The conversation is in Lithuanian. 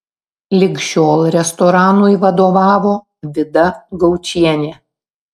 lig šiol restoranui vadovavo vida gaučienė